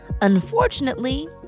Unfortunately